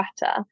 better